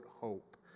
hope